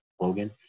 Logan